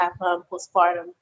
postpartum